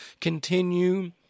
continue